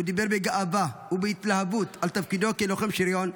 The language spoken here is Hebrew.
הוא דיבר בגאווה ובהתלהבות על תפקידו כלוחם שריון,